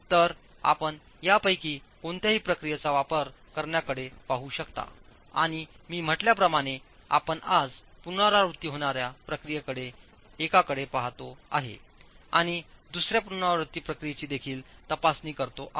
तर आपण यापैकी कोणत्याही प्रक्रियेचा वापर करण्याकडे पाहू शकता आणि मी म्हटल्याप्रमाणे आपण आज पुनरावृत्ती होणार्या प्रक्रियांपैकी एकाकडे पाहतो आहे आणि दुसर्या पुनरावृत्ती प्रक्रियेची देखील तपासणी करतो आहे